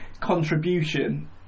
contribution